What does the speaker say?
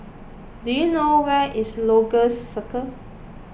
do you know where is Lagos Circle